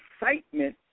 excitement